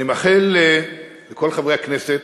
אני מאחל לכל חברי הכנסת,